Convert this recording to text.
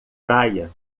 praia